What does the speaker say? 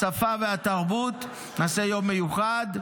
השפה והתרבות, נעשה יום מיוחד.